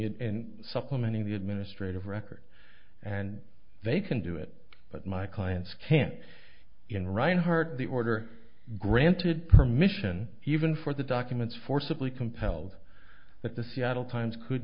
end supplementing the administrative record and they can do it but my clients can't even reinhart the order granted permission even for the documents forcibly compelled that the seattle times could